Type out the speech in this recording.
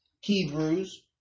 Hebrews